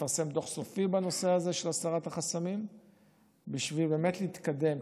ונפרסם דוח סופי בנושא הזה של הסרת החסמים בשביל באמת להתקדם,